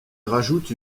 rajoute